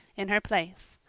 in her place.